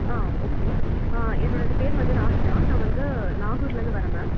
ஆ okay ஆ என்னோடய பேர் வந்து ராஹிலா நான் வந்து நாகூர்லருந்து வரேன் மேம்